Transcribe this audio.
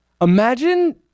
Imagine